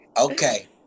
okay